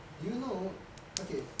do you know okay